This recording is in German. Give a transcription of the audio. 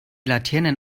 laternen